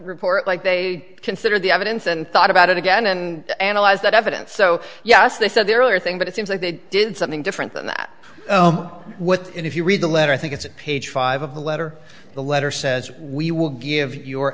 report like they consider the evidence and thought about it again and analyze that evidence so yes they said there are things but it seems like they did something different than that what if you read the letter i think it's at page five of the letter the letter says we will give you